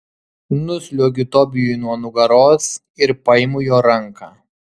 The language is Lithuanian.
nusliuogiu tobijui nuo nugaros ir paimu jo ranką